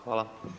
Hvala.